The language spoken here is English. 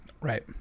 Right